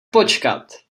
počkat